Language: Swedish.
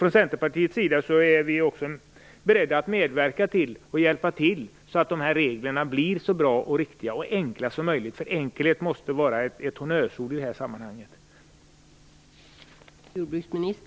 Från Centerpartiets sida är vi beredda att hjälpa till så att reglerna blir så bra och enkla som möjligt. Enkelhet måste vara ett honnörsord i det sammanhanget.